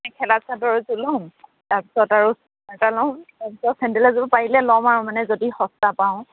মেখেলা চাদৰ এযোৰ ল'ম তাৰপিছত আৰু ল'ম তাৰপিছত চেণ্ডেল এযোৰ পাৰিলে ল'ম আৰু মানে যদি সস্তা পাওঁ